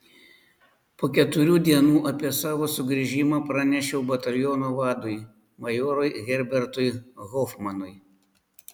po keturių dienų apie savo sugrįžimą pranešiau bataliono vadui majorui herbertui hofmanui